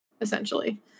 essentially